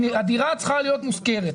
הדירה צריכה להיות מושכרת.